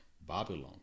Babylon